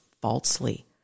falsely